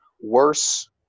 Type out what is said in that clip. worse